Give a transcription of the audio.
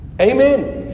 Amen